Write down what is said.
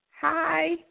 Hi